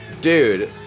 Dude